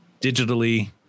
digitally